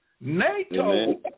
NATO